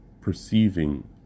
perceiving